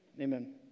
Amen